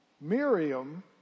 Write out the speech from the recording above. Miriam